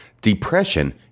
Depression